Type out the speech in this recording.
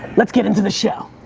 let's get into the show.